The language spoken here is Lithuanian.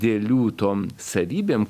dėlių tom savybėm